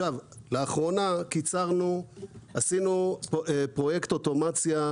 לאחרונה עשינו פרויקט אוטומציה,